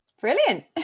Brilliant